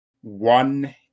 one